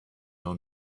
own